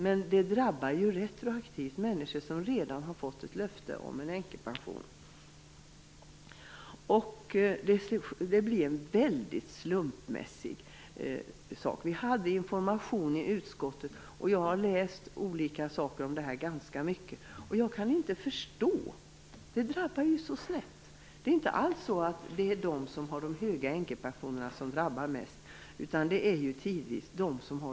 Beslutet drabbar ju människor retroaktivt, vilka redan har fått löfte om änkepension. Det hela blir väldigt slumpmässigt. Vi fick information i utskottet och jag har läst ganska mycket om förslag, men jag kan ändå inte förstå det. Det drabbar ju så snett. Det är inte alls de som har de höga änkepensionerna som drabbas mest utan de som har de lägsta änkepensionerna.